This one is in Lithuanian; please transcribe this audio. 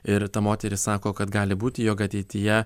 ir ta moteris sako kad gali būti jog ateityje